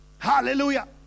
Hallelujah